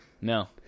no